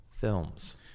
films